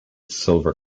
silver